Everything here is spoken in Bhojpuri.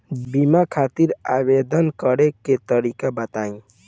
बीमा खातिर आवेदन करे के तरीका बताई?